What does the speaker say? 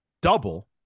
double